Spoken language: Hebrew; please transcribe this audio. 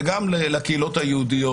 כאמור נצטרך לסייע גם לקהילות האלה.